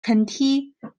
contiguous